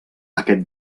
aquest